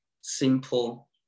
simple